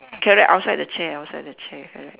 correct outside the chair outside the chair correct